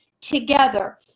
together